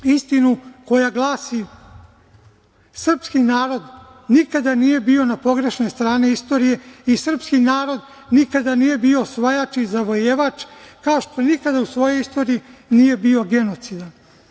Istinu koja glasi – srpski narod nikada nije bio na pogrešnoj strani istorije i srpski narod nikada nije bio osvajač i zavojevač, kao što nikada u svojoj istoriji nije bio genocidan.